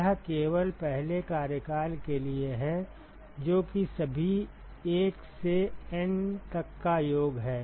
यह केवल पहले कार्यकाल के लिए है जो कि सभी 1 से N तक का योग है